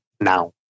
now